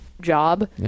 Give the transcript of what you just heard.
Job